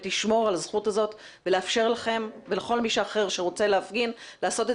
לשמור על הזכות הזאת ולאפשר לכם ולכל מישהו אחר שרוצה להפגין לעשות את